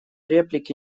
реплики